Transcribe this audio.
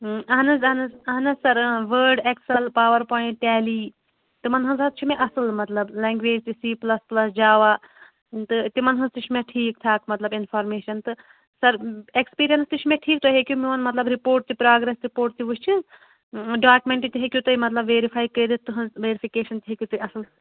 اَہَن حظ اہن حظ اہن حظ سَر اۭں وٲڈ ایٚکسَل پاوَر پویِنٛٹ ٹیلی تِمَن ہٕنٛز حظ چھُ مےٚ اَصٕل مطلب لینٛگویج تہِ سی پٕلَس پٕلَس جاوا تہٕ تِمَن حظ تہِ چھُ مےٚ ٹھیٖک ٹھاک مطلب اِنفارمیشَن تہٕ سَر ایٚکٕسپیٖریَنٕس تہِ چھُ مےٚ ٹھیٖک تُہۍ ہیٚکِو میون مطلب رِپوٹ تہِ پرٛاگرٮ۪س رِپوٹ تہِ وٕچھِتھ ڈاکمیٚنٹ تہِ ہیٚکِو تُہۍ مطلب ویرِفاے کٔرِتھ تہٕنٛز ویرِفِکیشَن تہِ ہیٚکِو تُہۍ اَصٕل